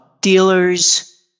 Dealers